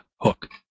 hook